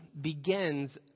begins